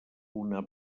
una